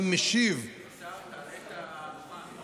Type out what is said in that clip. אני משיב בשמו של סגן השר